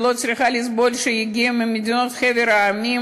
היא לא צריכה לסבול כי היא הגיעה מחבר המדינות,